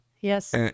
Yes